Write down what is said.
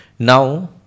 Now